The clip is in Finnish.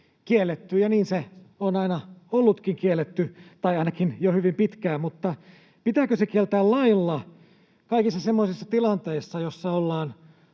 ja niin se on aina ollutkin kiellettyä tai ainakin jo hyvin pitkään. Mutta pitääkö se kieltää lailla kaikissa semmoisissa tilanteissa, joissa ollaan